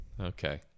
okay